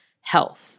health